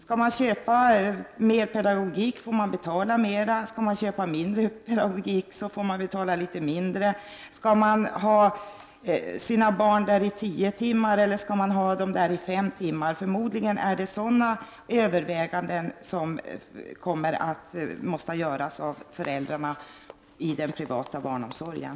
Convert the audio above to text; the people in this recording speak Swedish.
Skall man köpa bättre pedagogik får man betala mera, och detsamma gäller det omvända förhållandet. Skall man ha sina barn på ett privat daghem i tio timmar eller i fem timmar? Förmodligen är det överväganden av denna typ som föräldrarna måste göra om de utnyttjar den privata barnomsorgen.